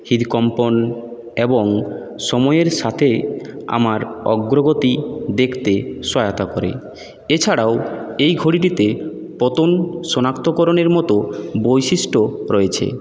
হৃদকম্পন এবং সময়ের সাথে আমার অগ্রগতি দেখতে সহায়তা করে এছাড়াও এই ঘড়িটিতে পতন শনাক্তকরণের মতো বৈশিষ্ট্য রয়েছে